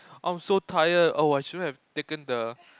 I'm so tired oh I shouldn't have taken the